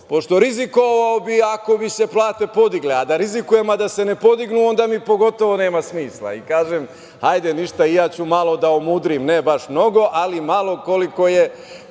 pošto rizikovao bih ako bi se plate podigle, a da rizikujem a da se ne podignu onda mi, pogotovo, nema smisla. Kažem – ništa, i ja ću malo da omudrim, ne baš mnogo, ali malo, koliko je,